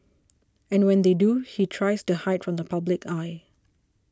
and when they do he tries to hide from the public eye